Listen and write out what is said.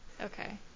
Okay